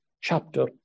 chapter